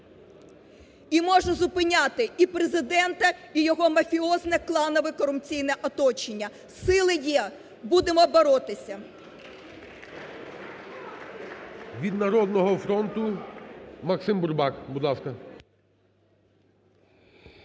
І може зупиняти і Президента, і його мафіозне кланове корупційне оточення. Сили є, будемо боротися.